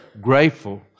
grateful